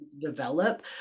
develop